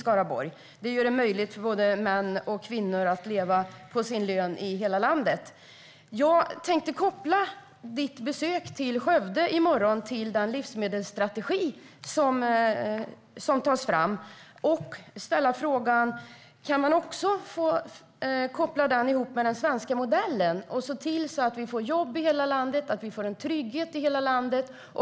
Livsmedelsproduktion gör det möjligt för både män och kvinnor i hela landet att leva på sin lön. Jag tänkte koppla ministerns besök i Skövde i morgon till den livsmedelsstrategi som tas fram och ställa frågan: Kan man också koppla ihop strategin med den svenska modellen och se till så att vi får jobb i hela landet och en trygghet i hela landet?